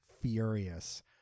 furious